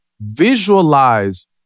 visualize